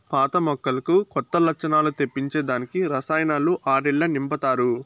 పాత మొక్కలకు కొత్త లచ్చణాలు తెప్పించే దానికి రసాయనాలు ఆట్టిల్ల నింపతారు